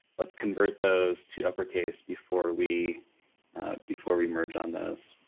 let's convert those to uppercase before we before we merge on those.